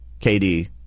KD